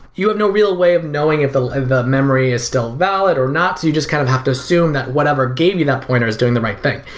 you have no real way of knowing if the the memory is still valid or not, so you just kind of have to assume that whatever gave you, that pointer is doing the right thing.